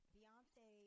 Beyonce